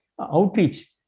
outreach